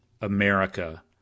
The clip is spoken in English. America